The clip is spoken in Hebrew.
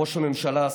ראש הממשלה,